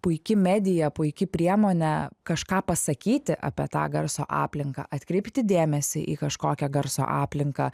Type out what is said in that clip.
puiki medija puiki priemonė kažką pasakyti apie tą garso aplinką atkreipti dėmesį į kažkokią garso aplinką